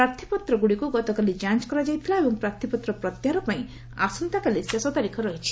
ପ୍ରାର୍ଥୀପତ୍ରଗୁଡ଼ିକୁ ଗତକାଲି ଯାଞ୍ କରାଯାଇଥିଲା ଏବଂ ପ୍ରାର୍ଥୀପତ୍ର ପ୍ରତ୍ୟାହାର ପାଇଁ ଆସନ୍ତାକାଲି ଶେଷ ତାରିଖ ରହିଛି